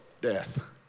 death